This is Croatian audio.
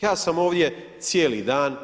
Ja sam ovdje cijeli dan,